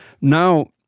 Now